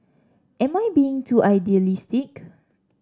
am I being too idealistic